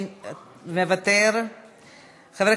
ויתרתי.